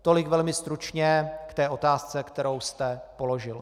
Tolik velmi stručně k otázce, kterou jste položil.